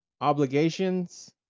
obligations